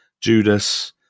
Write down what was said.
Judas